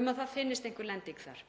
um að það finnist einhver lending þar.